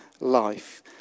life